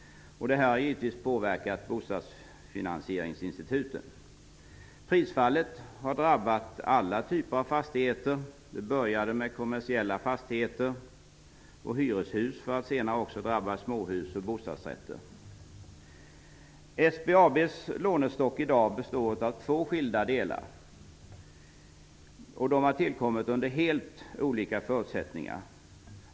Det har givetvis påverkat bostadsfinansieringsinstituten. Prisfallet har drabbat alla typer av fastigheter. Det började med kommersiella fastigheter och hyreshus, för att senare också drabba småhus och bostadsrätter. SBAB:s lånestock består av två skilda delar, som har tillkommit under helt olika förutsättningar.